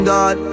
God